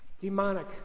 demonic